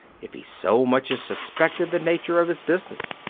if he so much as suspected the nature of his business.